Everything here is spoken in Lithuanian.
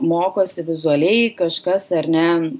mokosi vizualiai kažkas ar ne